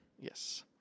yes